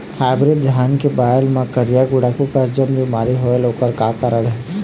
Hybrid धान के बायेल मां करिया गुड़ाखू कस जोन बीमारी होएल ओकर का कारण हे?